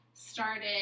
Started